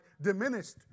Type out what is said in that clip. diminished